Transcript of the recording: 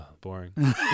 boring